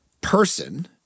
person